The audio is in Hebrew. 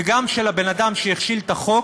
וגם של הבן-אדם שהכשיל את החוק,